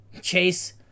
Chase